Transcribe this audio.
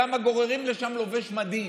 למה גוררים לשם לובש מדים?